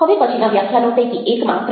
હવે પછીના વ્યાખ્યાનો પૈકી એકમાં પ્રા